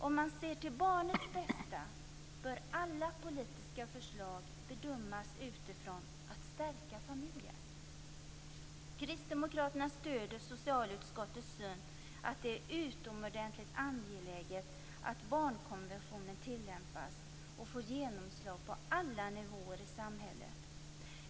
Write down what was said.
Om man ser till barnets bästa bör alla politiska förslag bedömas utifrån att stärka familjen. Kristdemokraterna stöder socialutskottets syn att det är utomordentligt angeläget att barnkonventionen tillämpas och får genomslag på alla nivåer i samhället.